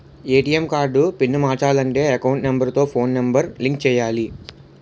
ATM card pin మార్చాలంటే account number తో phone number link చేయాలి